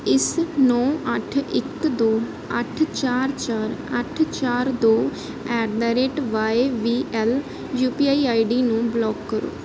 ਇਸ ਨੌ ਅੱਠ ਇੱਕ ਦੋ ਅੱਠ ਚਾਰ ਚਾਰ ਅੱਠ ਚਾਰ ਦੋ ਐੱਡ ਦਾ rate Y B L U P I I D ਨੂੰ ਬਲਾਕ ਕਰੋ